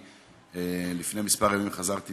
לפני כמה ימים חזרתי